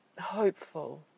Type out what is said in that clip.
hopeful